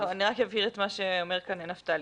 אני אבהיר את מה שאומר כאן נפתלי.